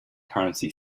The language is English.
currency